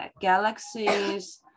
galaxies